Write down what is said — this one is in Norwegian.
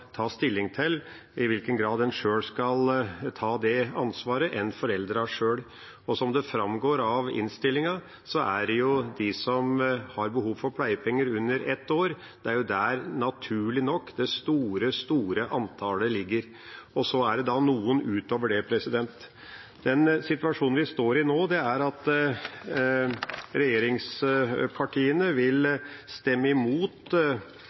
ta stilling til i hvilken grad en sjøl skal ta det ansvaret enn foreldrene sjøl. Som det framgår av innstillinga, er det naturlig nok der det er behov for pleiepenger i under ett år, at det store antallet ligger. Så er det noen utover det. Den situasjonen vi står i nå, er at når det gjelder utviklingshemmede over 16 år, vil regjeringspartiene i dag stemme imot det de vil stemme for i morgen. Det er